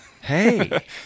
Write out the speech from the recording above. Hey